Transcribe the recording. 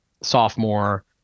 Sophomore